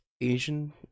Asian